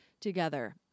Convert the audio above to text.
together